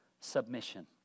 submission